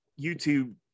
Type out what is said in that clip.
YouTube